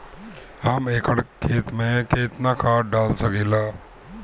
हम एक एकड़ खेत में केतना खाद डाल सकिला?